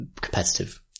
competitive